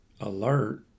alert